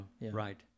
Right